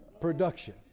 Production